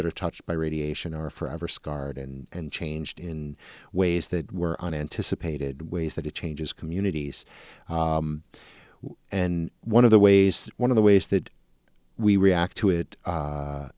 that are touched by radiation are forever scarred and changed in ways that were unanticipated ways that it changes communities and one of the ways one of the ways that we react to it